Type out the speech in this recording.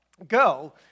go